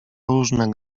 różne